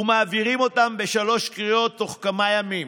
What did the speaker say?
ומעבירים אותם בשלוש קריאות תוך כמה ימים.